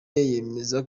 yemeza